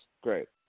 great